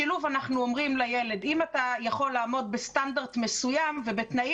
בשילוב אנחנו אומרים לילד שאם הוא יכול לעמוד בסטנדרט מסוים ובתנאים